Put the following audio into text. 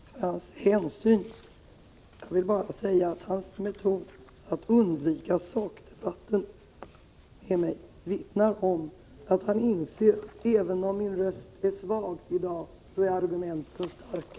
Herr talman! Jag tackar Egon Jacobsson för hans hänsyn. Jag vill bara säga att hans metod att undvika sakdebatten vittnar om att han inser att även om min röst är svag i dag, så är argumenten starka.